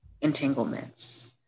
entanglements